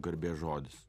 garbės žodis